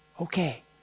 Okay